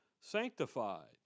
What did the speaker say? sanctified